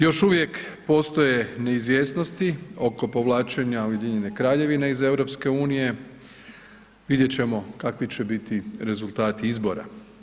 Još uvijek postoje neizvjesnosti oko povlačenja Ujedinjene Kraljevine iz EU, vidjet ćemo kakvi će biti rezultati izbora.